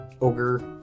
ogre